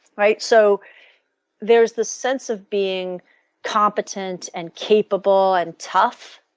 right. so there is the sense of being competent and capable and tough.